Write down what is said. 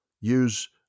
use